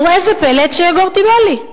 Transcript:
וראה זה פלא, אשר יגורתי בא לי.